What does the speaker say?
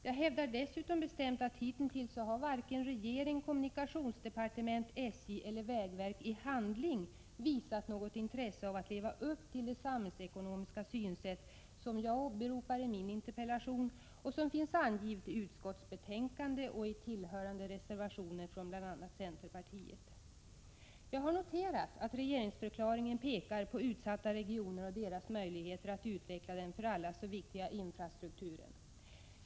Jag hävdar dessutom bestämt att varken regeringen, kommunikationsdepartementet, SJ eller vägverket hittills i handling visat något intresse för att leva upp till det samhällsekonomiska synsätt som jag åberopar i min interpellation och som finns angivet i utskottsbetänkande om detta ärende och i tillfogade reservationer från bl.a. centern. Jag har noterat att i regeringsförklaringen påpekas utsatta regioners möjligheter att utveckla den för alla så viktiga infrastrukturen.